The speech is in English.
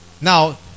Now